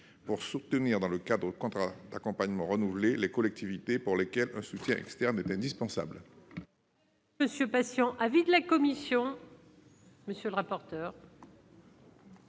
au soutien, dans le cadre de contrats d'accompagnement renouvelés, des collectivités pour lesquelles une aide extérieure est indispensable.